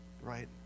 right